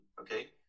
Okay